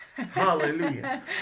Hallelujah